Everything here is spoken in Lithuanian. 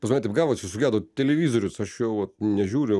pas mane taip gavosi sugedo televizorius aš jo vat nežiūriu